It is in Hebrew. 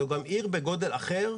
זאת גם עיר בגודל אחר.